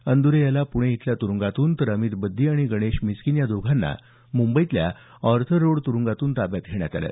अंद्रे याला पुणे इथल्या तुरुंगातून तर अमित बद्दी आणि गणेश मिस्किन या दोघांना मुंबईतल्या ऑर्थर रोड तुरुंगातून ताब्यात घेण्यात आलं